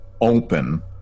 open